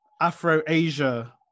Afro-Asia